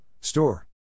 Store